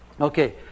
Okay